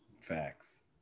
Facts